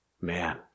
man